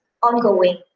ongoing